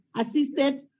assisted